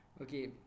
Okay